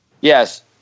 Yes